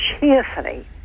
cheerfully